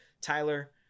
Tyler